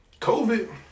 COVID